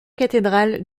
cathédrale